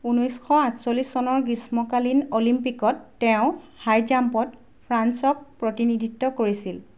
ঊনৈছশ আঠচল্লিছ চনৰ গ্ৰীষ্মকালীন অলিম্পিকত তেওঁ হাই জাম্পত ফ্ৰান্সক প্ৰতিনিধিত্ব কৰিছিল